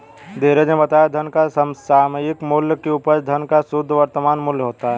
धीरज ने बताया धन का समसामयिक मूल्य की उपज धन का शुद्ध वर्तमान मूल्य होता है